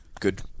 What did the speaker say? Good